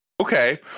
Okay